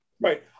Right